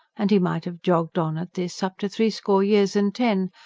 and he might have jogged on at this up to three score years and ten,